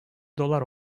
dolar